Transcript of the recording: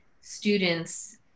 students